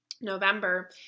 November